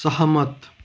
सहमत